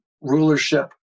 rulership